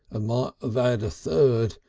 ah might ave ad a third,